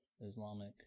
islamic